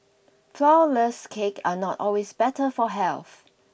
flawless cakes are not always better for health